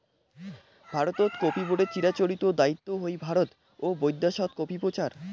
ভারতত কফি বোর্ডের চিরাচরিত দায়িত্ব হই ভারত ও বৈদ্যাশত কফি প্রচার